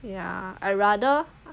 ya I rather